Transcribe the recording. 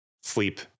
sleep